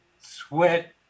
sweat